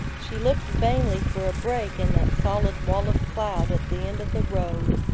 she looked vainly for a break in that solid wall of cloud at the end of the road,